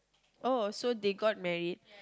oh so they got married